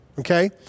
Okay